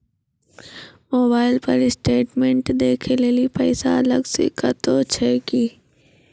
Mobile पर statement देखे लेली पैसा अलग से कतो छै की?